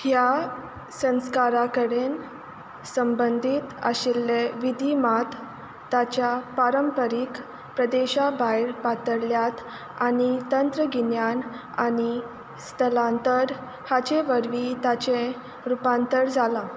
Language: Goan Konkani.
ह्या संस्कारा कडेन संबंदीत आशिल्ले विधी मात ताच्या पारंपारीक प्रदेशा भायर पातळ्ळ्यात आनी तंत्रगिन्यान आनी स्थलांतर हाचे वरवीं ताचें रुपांतर जालां